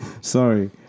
Sorry